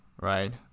right